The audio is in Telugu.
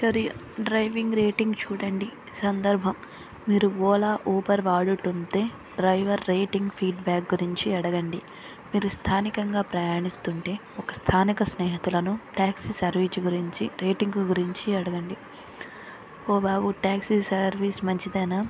చర్య డ్రైవింగ్ రేటింగ్ చూడండి సందర్భం మీరు ఓలా ఊబర్ వాడుతుంటే డ్రైవర్ రేటింగ్ ఫీడ్బ్యాక్ గురించి అడగండి మీరు స్థానికంగా ప్రయాణిస్తుంటే ఒక స్థానిక స్నేహితులను ట్యాక్సీ సర్వీసు గురించి రేటింగ్ గురించి అడగండి ఓ బాబు ట్యాక్సీ సర్వీస్ మంచిదేనా